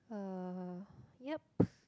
uh yup